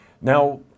Now